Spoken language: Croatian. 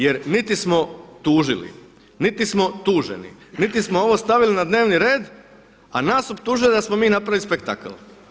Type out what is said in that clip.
Jer niti smo tužili, niti smo tuženi, niti smo ovo stavili na dnevni red a nas optužuje da smo mi napravili spektakl.